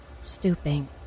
Stooping